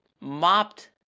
Mopped